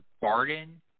Barden